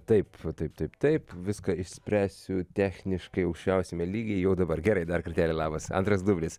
taip taip taip taip viską išspręsiu techniškai aukščiausiame lygyje jau dabar gerai dar kartelį labas antras dublis